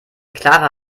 clara